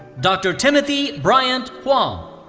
dr. timothy bryant huang.